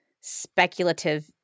speculative